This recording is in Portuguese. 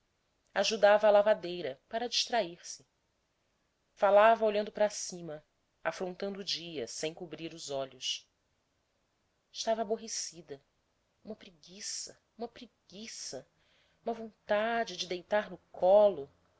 ajudava a lavadeira para distrair-se falava olhando para cima afrontando o dia sem cobrir os olhos estava aborrecida uma preguiça uma preguiça uma vontade de deitar no colo